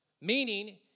Meaning